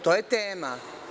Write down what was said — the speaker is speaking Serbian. To je tema.